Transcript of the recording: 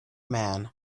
man